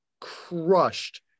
crushed